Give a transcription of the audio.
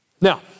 Now